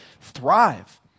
thrive